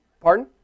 Pardon